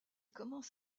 commence